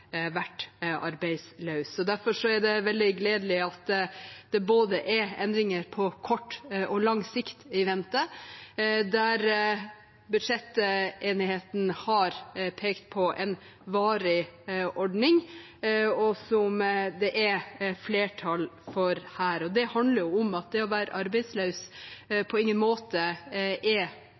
Derfor er det veldig gledelig at det er endringer på både kort og lang sikt i vente, der budsjettenigheten har pekt på en varig ordning som det er flertall for her. Det handler om at det å være arbeidsløs på ingen måte er